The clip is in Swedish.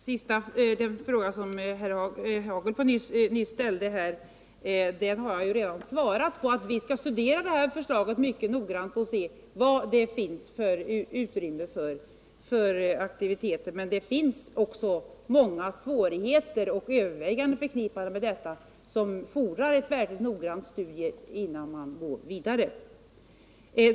Herr talman! Den fråga som Rolf Hagel nyss ställde har jag redan besvarat. Vi skall studera förslaget mycket noggrant och se vilket utrymme som finns för aktiviteter. Men många svårigheter och överväganden är också förknippade med detta, och det gör att det fordras en verkligt noggrann studie innan man går vidare.